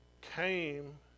came